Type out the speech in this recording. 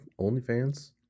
OnlyFans